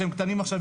שהם קטנים עכשיו,